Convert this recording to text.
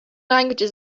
languages